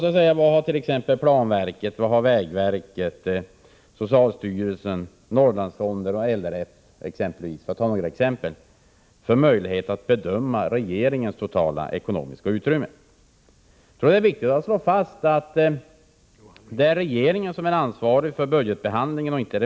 Vilka möjligheter har t.ex. planverket, vägverket, socialstyrelsen, Norrlandsfonden eller RLF att göra en bedömning beträffande regeringens totala ekonomiska utrymme? Enligt min mening är det viktigt att det slås fast att det är regeringen, inte remissinstanserna, som är ansvarig för budgetbehandlingen.